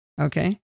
Okay